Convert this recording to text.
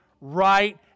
right